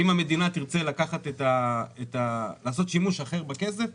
אם המדינה תרצה לעשות שימוש אחר בכסף,